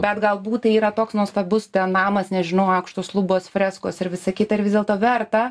bet galbūt tai yra toks nuostabus namas nežinau aukštos lubos freskos ir visa kita ir vis dėlto verta